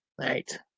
Right